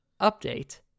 Update